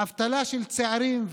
אבטלה של צעירים.